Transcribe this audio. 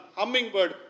hummingbird